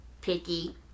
Picky